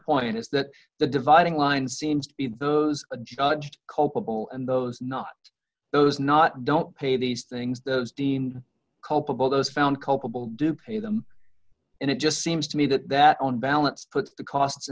point is that the dividing line seems to be those judged culpable and those not those not don't pay these things those deemed culpable those found culpable do pay them and it just seems to me that that on balance puts the costs